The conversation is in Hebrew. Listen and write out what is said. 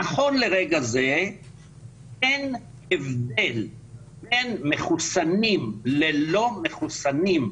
נכון לרגע זה אין הבדל בין מחוסנים ללא מחוסנים,